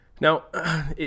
Now